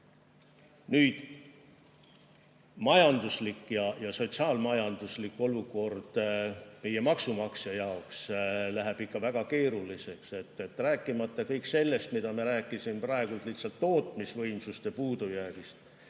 majanduslik ja sotsiaal-majanduslik olukord meie maksumaksja jaoks läheb ikka väga keeruliseks, rääkimata kõigest sellest, mida ma praegu rääkisin lihtsalt tootmisvõimsuste puudujäägist.